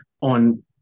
on